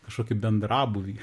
kažkokį bendrabūvį